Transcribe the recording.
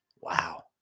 wow